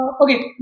okay